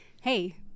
hey